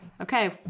Okay